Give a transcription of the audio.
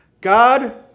God